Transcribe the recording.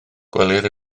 gwelir